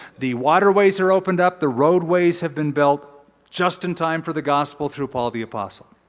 the waterways are opened up. the roadways have been built just in time for the gospel through paul the apostle.